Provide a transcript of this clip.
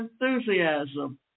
enthusiasm